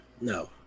No